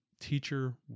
teacher